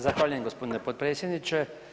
Zahvaljujem gospodine potpredsjedniče.